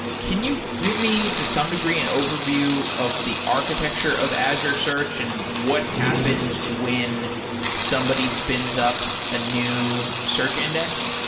can you give me to some degree an overview of the architecture of azure search and what happens when somebody spins up a new search index?